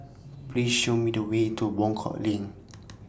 Please Show Me The Way to Wangkok LINK